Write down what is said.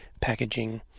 packaging